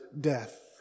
death